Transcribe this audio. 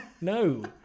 No